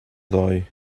ddoe